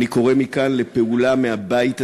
אני קורא מכאן לפעולה מהבית הזה,